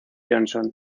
johnson